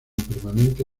permanente